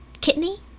kidney